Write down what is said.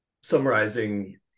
summarizing